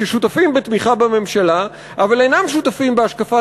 ששותפים בתמיכה בממשלה אבל אינם שותפים להשקפת